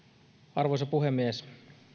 arvoisa puhemies